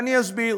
ואני אסביר.